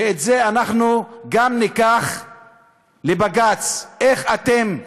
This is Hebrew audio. ואת זה אנחנו גם ניקח לבג"ץ: איך אתם מעקמים,